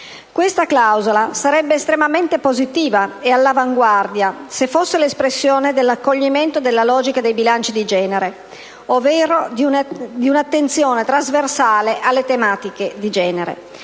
Questa clausola sarebbe estremamente positiva e all'avanguardia se fosse l'espressione dell'accoglimento della logica dei bilanci di genere, ovvero di un'attenzione trasversale alle tematiche di genere: